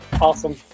Awesome